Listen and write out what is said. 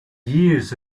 years